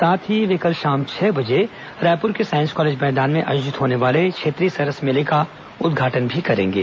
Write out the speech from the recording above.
साथ ही वे कल शाम छह बजे रायपुर के साईस कॉलेज मैदान में आयोजित होने वाले क्षेत्रीय सरस मेले का उद्घाटन भी करेंगे